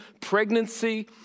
pregnancy